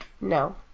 No